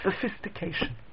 sophistication